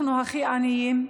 אנחנו הכי עניים במדינה,